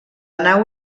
nau